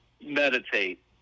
meditate